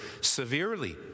severely